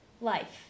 life